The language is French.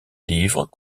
livres